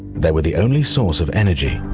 they were the only source of energy,